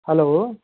hello